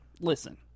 listen